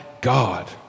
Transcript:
God